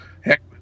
heck